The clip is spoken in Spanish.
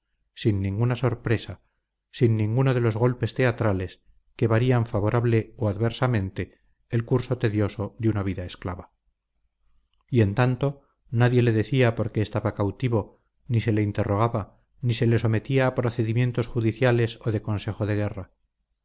sin ninguna sorpresa sin ninguno de esos golpes teatrales que varían favorable o adversamente el curso tedioso de una vida esclava y en tanto nadie le decía por qué estaba cautivo ni se le interrogaba ni se le sometía a procedimientos judiciales o de consejo de guerra